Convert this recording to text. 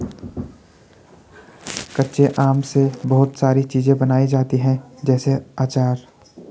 कच्चे आम से बहुत सारी चीज़ें बनाई जाती है जैसे आचार